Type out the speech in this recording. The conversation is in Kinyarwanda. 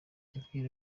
yabwiye